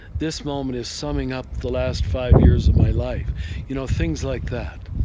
this moment is summing up the last five years of my life you know things like that,